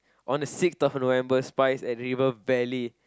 on the sixth of November spize at River Valley